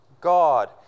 God